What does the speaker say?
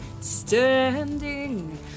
standing